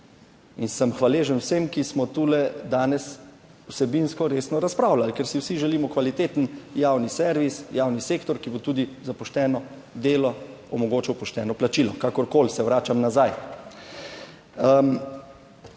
in sem hvaležen vsem, ki smo tule danes vsebinsko resno razpravljali, ker si vsi želimo kvaliteten javni servis, javni sektor, ki bo tudi za pošteno delo omogočal pošteno plačilo. Kakorkoli se vračam nazaj.